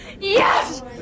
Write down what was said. yes